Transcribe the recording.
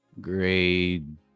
grade